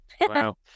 Wow